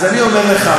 אז אני אומר לך,